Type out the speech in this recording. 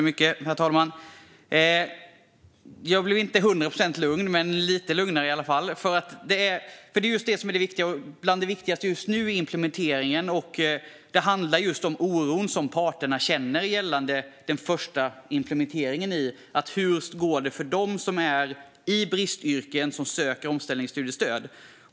Herr talman! Jag blev inte hundra procent lugn, men lite lugnare i alla fall. Bland det viktigaste just nu är implementeringen, och det är här parterna känner oro när det gäller hur det går för dem som är i bristyrken och som söker omställningsstudiestöd.